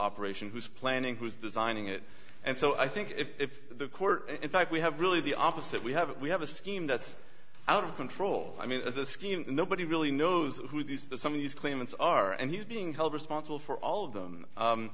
operation who's planning who's designing it and so i think if the court in fact we have really the opposite we have we have a scheme that's out of control i mean nobody really knows who these some of these claimants are and he's being held responsible for all of them